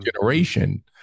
generation